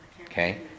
Okay